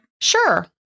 Sure